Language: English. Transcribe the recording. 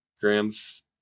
Grams